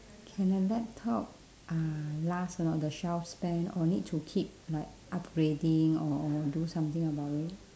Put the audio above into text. can a laptop uh last or not the shelf span or need to keep like upgrading or or do something about it